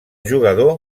jugador